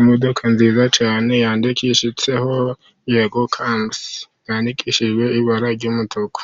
Imodoka nziza cyane yandikitseho yego kabusi yandikishijwe ibara ry'umutuku.